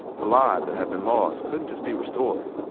the lives that had been lost couldn't just be restored.